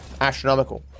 astronomical